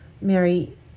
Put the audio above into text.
Mary